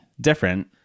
different